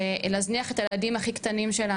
זה להזניח את הילדים שלנו